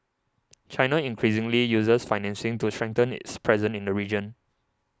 china increasingly uses financing to strengthen its presence in the region